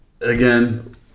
again